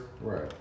Right